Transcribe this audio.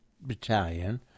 Battalion